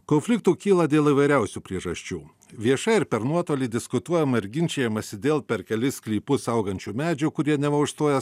konfliktų kyla dėl įvairiausių priežasčių vieša ir per nuotolį diskutuojama ir ginčijamasi dėl per kelis sklypus augančių medžių kurie neva užstoja